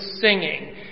singing